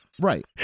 right